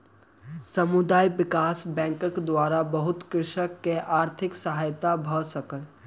समुदाय विकास बैंकक द्वारा बहुत कृषक के आर्थिक सहायता भ सकल